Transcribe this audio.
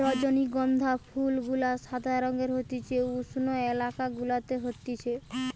রজনীগন্ধা ফুল গুলা সাদা রঙের হতিছে উষ্ণ এলাকা গুলাতে হতিছে